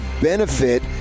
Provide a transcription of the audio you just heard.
benefit